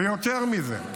יותר מזה,